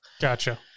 Gotcha